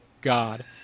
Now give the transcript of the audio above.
God